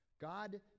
God